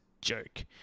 jerk